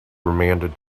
remanded